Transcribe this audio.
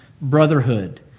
brotherhood